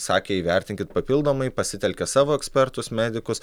sakė įvertinkit papildomai pasitelkė savo ekspertus medikus